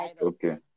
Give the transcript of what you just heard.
Okay